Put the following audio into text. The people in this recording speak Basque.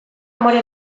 amore